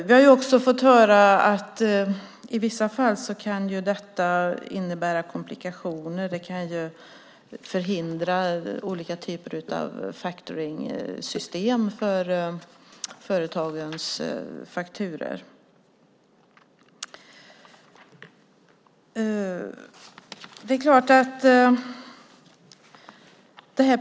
Vi har också fått höra att detta i vissa fall kan innebära komplikationer och förhindra olika typer av factoringsystem för företagens fakturor.